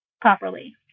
properly